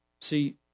See